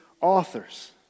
authors